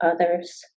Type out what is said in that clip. others